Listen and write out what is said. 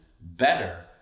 better